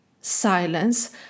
silence